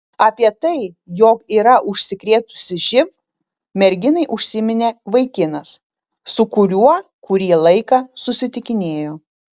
apie tai jog yra užsikrėtusi živ merginai užsiminė vaikinas su kuriuo kurį laiką susitikinėjo